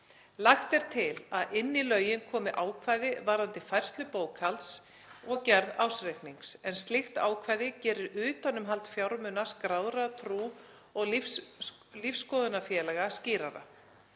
Lagt er til að inn í lögin komi ákvæði varðandi færslu bókhalds og gerð ársreiknings en slíkt ákvæði gerir utanumhald fjármuna skráðra trú- og lífskoðunarfélaga skýrara.